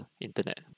internet